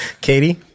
Katie